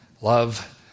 Love